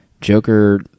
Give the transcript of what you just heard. Joker